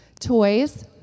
Toys